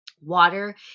Water